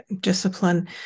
discipline